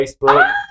Facebook